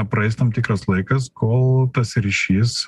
praeis tam tikras laikas kol tas ryšys